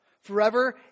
forever